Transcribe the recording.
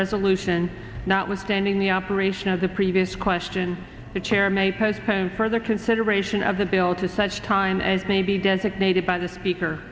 resolution notwithstanding the operation of the previous question the chair may postpone further consideration of the bill to such time as may be designated by the speaker